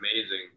amazing